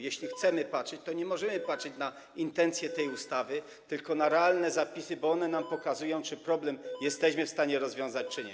Jeśli chcemy patrzeć, to nie możemy patrzeć na intencję tej ustawy, tylko na realne zapisy, bo one nam pokazują, czy problem jesteśmy w stanie rozwiązać, czy nie.